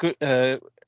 good